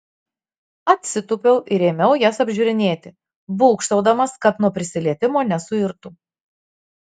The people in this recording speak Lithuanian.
atsitūpiau ir ėmiau jas apžiūrinėti būgštaudamas kad nuo prisilietimo nesuirtų